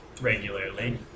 regularly